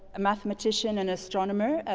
mathematician and astronomer,